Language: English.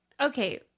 Okay